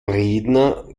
redner